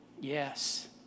Yes